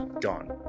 gone